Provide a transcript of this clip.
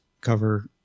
cover